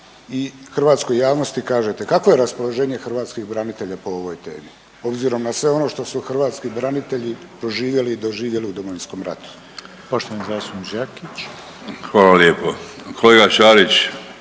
Hvala lijepo kolega Ivanović.